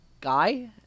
guy